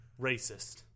racist